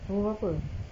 umur berapa